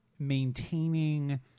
maintaining